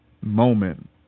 moment